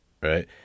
right